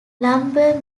lumber